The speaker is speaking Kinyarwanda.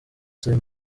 asaba